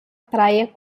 praia